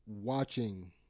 watching